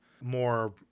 more